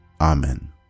Amen